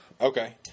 Okay